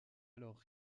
alors